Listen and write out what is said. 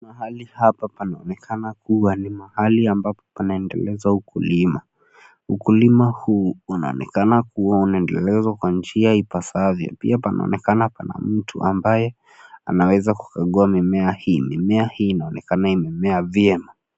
mahali hapa panaonekana kua ni mahali ampapo panaendeleza ukulima, ukulima huu unaoanekena kuwa unaendelezwa kwa njia ipasavyo pia panaonekana pana mtu ambaye anaweza kukagua mimea hii, mimea hii inaonekana imemea vyema.